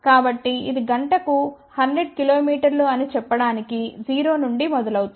కాబట్టి ఇది గంటకు 100 కిలోమీటర్లు అని చెప్పడానికి 0 నుండి మొదలవుతుంది